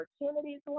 opportunities